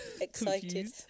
excited